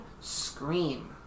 scream